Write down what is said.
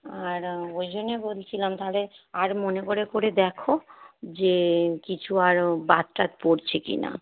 আর ওই জন্যে বলছিলাম তাহলে আর মনে করে করে দেখো যে কিছু আর বাদ টাদ পড়ছে কি না